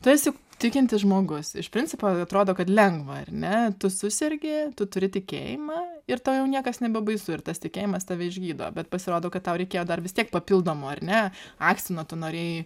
tu esi tikintis žmogus iš principo atrodo kad lengva ar ne tu susergi tu turi tikėjimą ir tau jau niekas nebebaisu ir tas tikėjimas tave išgydo bet pasirodo kad tau reikėjo dar vis tiek papildomo ar ne akstino tu norėjai